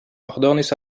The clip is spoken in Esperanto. ordonis